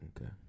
Okay